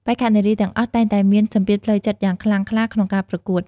បេក្ខនារីទាំងអស់តែងតែមានសម្ពាធផ្លូវចិត្តយ៉ាងខ្លាំងក្លាក្នុងការប្រកួត។